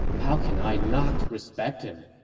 how can i not respect him?